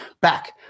Back